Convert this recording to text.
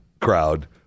crowd